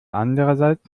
andererseits